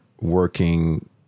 working